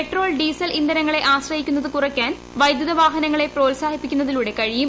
petrol diesel ഇന്ധനങ്ങളെ ആശ്രയിക്കുന്നത് കുറയ്ക്കാൻ വൈദ്യുതവാഹനങ്ങളെ പ്രോത്സാഹിപ്പിക്കുന്നതിലൂടെ കഴിയും